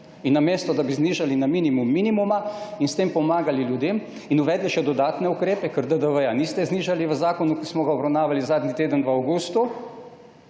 Namesto da bi znižali na minimum minimuma in s tem pomagali ljudem in uvedli še dodatne ukrepe, ker DDV niste znižali v zakonu, ki smo ga obravnavali zadnji teden v avgustu,